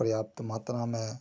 पर्याप्त मात्रा में